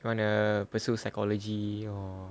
he wanna pursue psychology or